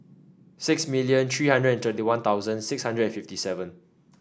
six million three hundred and thirty One Thousand six hundred and fifty seven